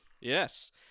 Yes